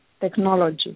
technology